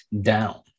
down